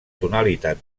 tonalitat